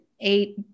eight